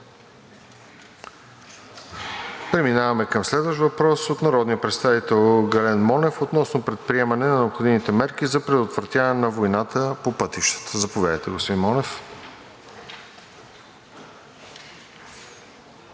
Преминаваме към следващ въпрос от народния представител Гален Монев относно предприемане на необходимите мерки за предотвратяване на войната по пътищата. Заповядайте, господин Монев.